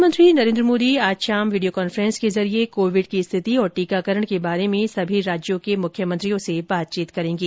प्रधानमंत्री नरेन्द्र मोदी आज शाम वीडियो कांफ्रेंस के जरिये कोविड की स्थिति और टीकाकरण के बारे में सभी राज्यों के मुख्यमंत्रियों से बातचीत करेंगे